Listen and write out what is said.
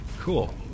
Cool